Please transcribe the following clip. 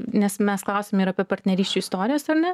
nes mes klausėme ir apie partnerysčių istorijos ar ne